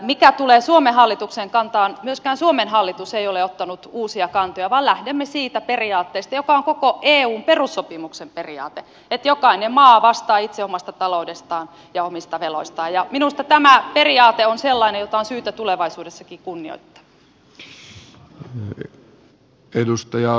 mitä tulee suomen hallituksen kantaan myöskään suomen hallitus ei ole ottanut uusia kantoja vaan lähdemme siitä periaatteesta joka on koko eun perussopimuksen periaate että jokainen maa vastaa itse omasta taloudestaan ja omista veloistaan ja minusta tämä periaate on sellainen jota on syytä tulevaisuudessakin kunnioittaa